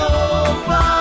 over